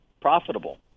profitable